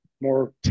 more